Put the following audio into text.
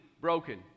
broken